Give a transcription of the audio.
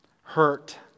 hurt